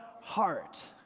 heart